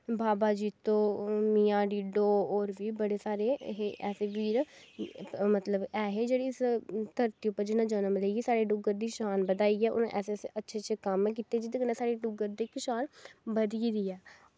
बाबा जित्तो मियां डीडो होर बी बड़े सारे हे ऐसे बीर मतलव ऐहे जेह्ड़े इस धरती उप्पर जिनें जन्म लेईयै साढ़े डुग्गर दी शान बधाई ऐ और ऐसे ऐसे अच्छे अच्छे कम्म कीते जेह्दे कन्नै साढ़े डुग्गर दी शान बधी दी ऐ